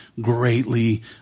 greatly